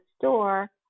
store